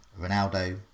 ronaldo